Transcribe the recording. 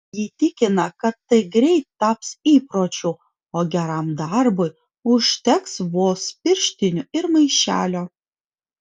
ji tikina kad tai greit taps įpročiu o geram darbui užteks vos pirštinių ir maišelio